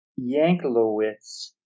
Yanklowitz